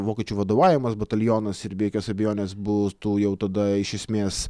vokiečių vadovaujamas batalionas ir be jokios abejonės būtų jau tada iš esmės